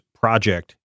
project